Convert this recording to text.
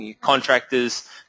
contractors